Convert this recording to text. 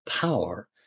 power